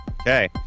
okay